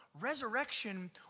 resurrection